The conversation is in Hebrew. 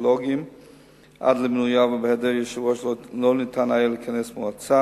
ובנוסף תרומתם התזונתית אינה מוכחת.